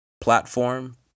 Platform